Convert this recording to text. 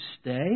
stay